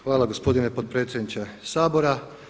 Hvala gospodine potpredsjedniče Sabora.